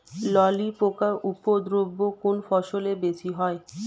ললি পোকার উপদ্রব কোন ফসলে বেশি হয়?